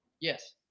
Yes